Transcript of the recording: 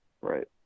right